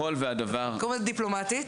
זה המשטרה צריכה --- ביקורת דיפלומטית...